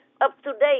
up-to-date